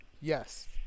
yes